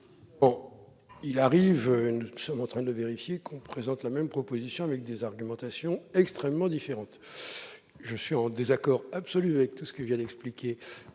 453. Il arrive, et nous sommes en train de le vérifier, que l'on présente la même proposition avec des argumentations extrêmement différentes. Je suis en désaccord complet avec tout ce que vient d'expliquer